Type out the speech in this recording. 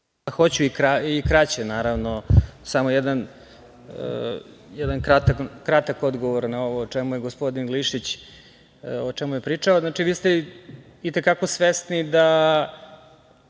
Hoću i kraće, naravno. Samo jedan kratak odgovor o čemu je gospodin Glišić pričao. Znači, vi ste i te kako svesni da